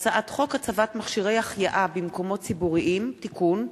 הצעת חוק הצבת מכשירי החייאה במקומות ציבוריים (תיקון),